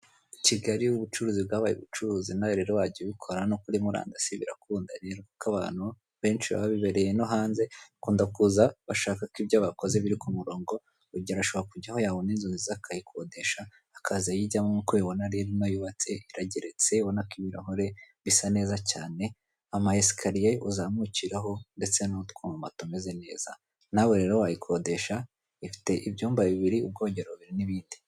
I Kigali ubucuruzi bwabaye ubucuruzi nawe rero wajya ubikora hanno kuri murandasi birakunda. Dore ko abantu benshi baba bibereye no hanze, bakunda kuza bashaka ko ibyo bakoze biri ku murongo. Urugero ashobora kujyaho yabon inzu nziza akayikodesha akaza ayijyamo. Nkuko ubibona rero irubatse, irageretse urbona ko ibirahure bisa neza cyane. Amasikariye uzamukiraho ndetse n'utwuma tumeze neza, nawe rero wayikodesha ifite ibyumba bibiri ubwogero bubiri n'ibindi.